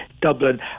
Dublin